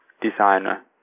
designer